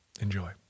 Enjoy